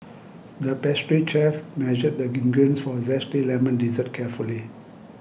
the pastry chef measured the ingredients for a Zesty Lemon Dessert carefully